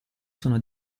sono